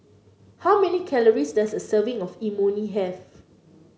how many calories does a serving of Imoni have